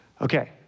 Okay